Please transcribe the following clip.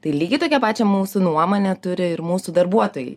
tai lygiai tokią pačią mūsų nuomonę turi ir mūsų darbuotojai